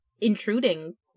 intruding